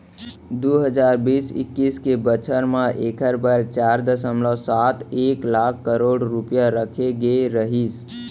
दू हजार बीस इक्कीस के बछर म एकर बर चार दसमलव सात एक लाख करोड़ रूपया राखे गे रहिस